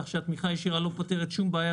כך שהתמיכה הישירה לא פותרת שום בעיה,